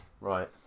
Right